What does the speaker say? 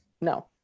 No